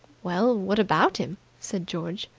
well, what about him? said george.